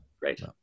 great